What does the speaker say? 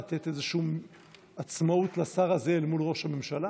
לתת איזו עצמאות לשר הזה אל מול ראש הממשלה?